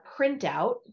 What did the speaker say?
printout